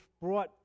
brought